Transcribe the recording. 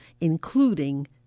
including